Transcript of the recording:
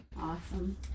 Awesome